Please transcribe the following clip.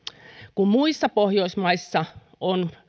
kun muissa pohjoismaissa on